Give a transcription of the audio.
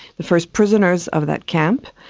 the first prisoners of that camp.